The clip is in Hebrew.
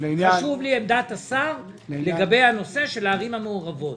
חשובה לי עמדת השר לגבי נושא הערים המעורבות.